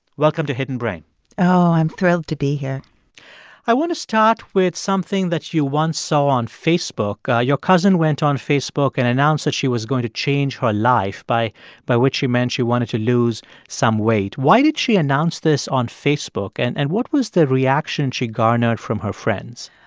welcome to hidden brain oh, i'm thrilled to be here i want to start with something that you once saw on facebook. your cousin went on facebook and announced that she was going to change her life, by by which she meant she wanted to lose some weight. why did she announce this on facebook? and and what was the reaction she garnered from her friends?